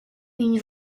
une